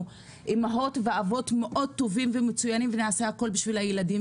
אימהות ואבות מאוד טובים ומצוינים ונעשה הכול בשביל הילדים